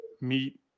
meet